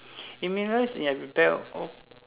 meaningless if I rebel oh